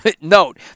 Note